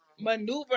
Maneuver